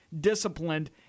disciplined